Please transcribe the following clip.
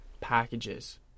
packages